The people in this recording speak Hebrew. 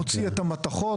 מוציא את המתכות,